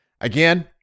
Again